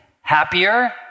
happier